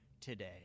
today